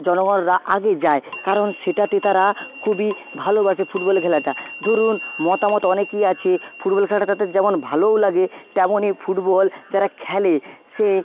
জনগণরা আগে যায় কারণ সেটাতে তারা খুবই ভালোবাসে ফুটবল খেলাটা ধরুন মতামত অনেকই আছে ফুটবল খেলাটা তাদের যেমন ভালোও লাগে তেমনই ফুটবল যারা খেলে সে